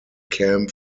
camp